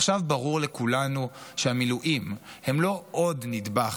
עכשיו ברור לכולנו שהמילואים הם לא עוד נדבך